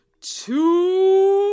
two